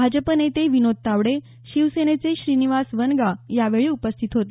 भाजप नेते विनोद तावडे शिवसेनेचे श्रीनिवास वनगा यावेळी उपस्थित होते